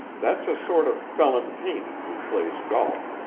that's a sort of felon paynim who plays golp.